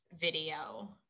video